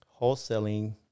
wholesaling